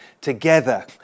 Together